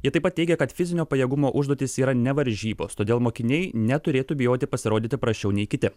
ji taip pat teigia kad fizinio pajėgumo užduotys yra ne varžybos todėl mokiniai neturėtų bijoti pasirodyti prasčiau nei kiti